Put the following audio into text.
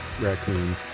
raccoon